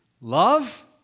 Love